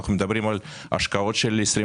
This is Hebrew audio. אנחנו מדברים על השקעות של 25,